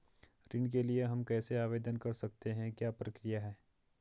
ऋण के लिए हम कैसे आवेदन कर सकते हैं क्या प्रक्रिया है?